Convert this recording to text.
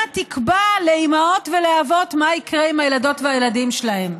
תקבע לאימהות ולאבות מה יקרה עם הילדות והילדים שלהם.